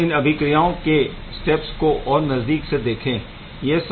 हम इन अभिक्रियाओं के स्टेप्स को और नज़दीक से देखेंगे